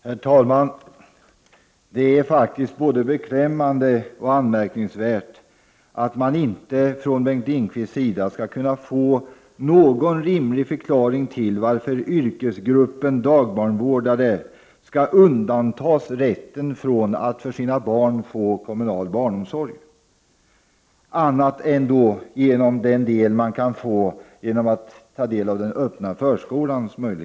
Herr talman! Det är faktiskt både beklämmande och anmärkningsvärt att man inte från Bengt Lindqvist kan få någon rimlig förklaring till att yrkesgruppen dagbarnvårdare skall undantas från rätten att för sina barn få kommunal barnomsorg, annat än vad man kan få genom den öppna förskolan.